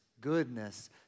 goodness